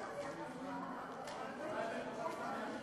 לזה.